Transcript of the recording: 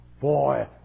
Boy